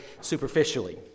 superficially